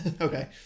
okay